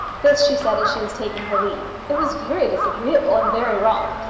this she said as she was taking her leave. it was very disagreeable, and very wrong,